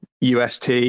UST